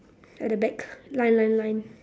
at the back line line line